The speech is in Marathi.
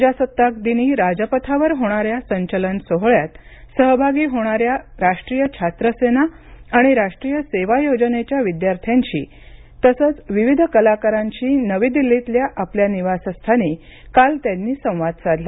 प्रजासत्ताक दिनी राजपथावर होणाऱ्या संचलन सोहळ्यात सहभागी होणाऱ्या राष्ट्रीय छात्र सेना आणि राष्ट्रीय सेवा योजनेच्या विद्यार्थ्यांशी तसंच विविध कलाकारांशी नवी दिल्लीतल्या आपल्या निवासस्थानी काल त्यांनी संवाद साधला